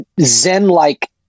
Zen-like